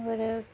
होर